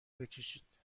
بکشید